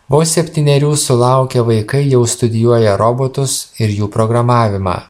vos septynerių sulaukę vaikai jau studijuoja robotus ir jų programavimą